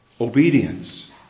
Obedience